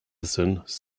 sent